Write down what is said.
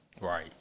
Right